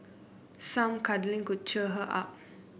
some cuddling could cheer her up